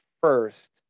first